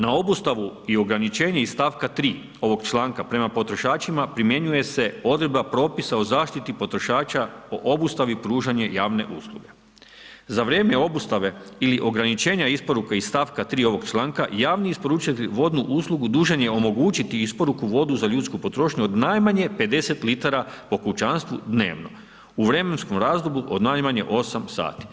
Na obustavu i ograničenje iz stavka 3. ovoga članka prema potrošačima primjenjuje se odredba propisa o zaštiti potrošača o obustavi pružanja javne usluge za vrijeme obustave ili ograničenja isporuke iz stavka 3. ovoga članka javni isporučitelj vodnu uslugu dužan je omogućiti isporuku vode za ljudsku potrošnju od najmanje 50 litara po kućanstvu dnevno u vremenskom razdoblju od najmanje 8 sati.